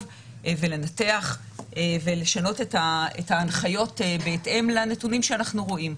ולנתח ולשנות את ההנחיות בהתאם לנתונים שאנחנו רואים.